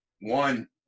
one